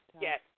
Yes